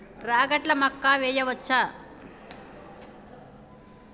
రాగట్ల మక్కా వెయ్యచ్చా?